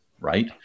right